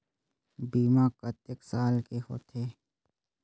बीमा कतेक साल के होथे?